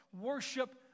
Worship